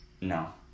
No